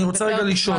אני רוצה רגע לשאול.